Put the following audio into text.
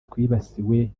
twibasiwe